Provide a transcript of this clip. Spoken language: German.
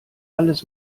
alles